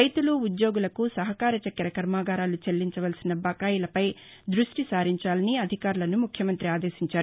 రైతులు ఉద్యోగులకు సహకార చెక్కెర కర్మాగారాలు చెల్లించవలసిన బకాయిలపై దృష్టి సారించాలని అధికారులను ముఖ్యమంత్రి ఆదేశించారు